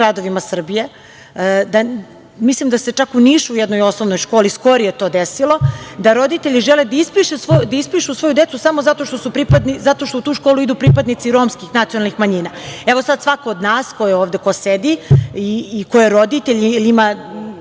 gradovima Srbije. Mislim da se u Nišu u jednoj osnovnoj školi skorije to desilo, da roditelji žele da ispišu svoju decu samo zato što u tu školu idu pripadnici romskih nacionalnih manjina. Evo sada svako od nas ko je ovde, ko sedi i ko je roditelj ili ima